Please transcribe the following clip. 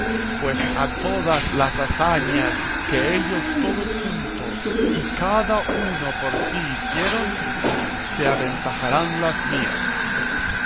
pues a todas las hazañas que ellos todos juntos y cada uno por sí hicieron se aventajarán las mías